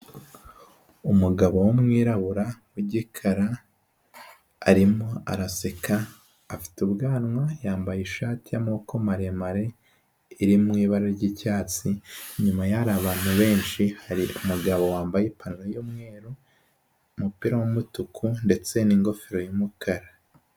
Umugabo w'umwirabura w'igikara, arimo araseka afite ubwanwa yambaye ishati y'amaboko maremare iri mu ibara ry'icyatsi, inyuma ye hari abantu benshi, hari umugabo wambaye ipantaro y'umweru, umupira w'umutuku ndetse n'ingofero y'umukara.